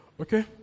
Okay